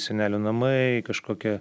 senelių namai kažkokia